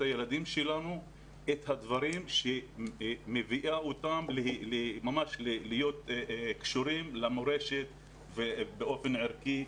הילדים שלנו את הדברים שמביאים אותם להיות קשורים למורשת באופן ערכי,